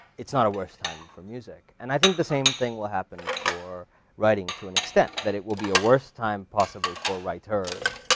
it's not a worse time for music. and i think the same thing will happen for writing to an extent, that it will be a worse time possibly for writers.